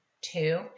Two